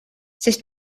sest